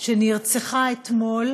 שנרצחה אתמול